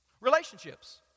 Relationships